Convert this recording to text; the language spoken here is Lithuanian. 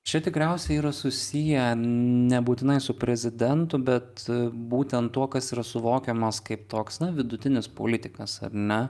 čia tikriausiai yra susiję nebūtinai su prezidentu bet būtent tuo kas yra suvokiamas kaip toks na vidutinis politikas ar ne